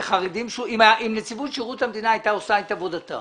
אם נציבות שירות המדינה הייתה עושה את עבודתה